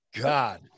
God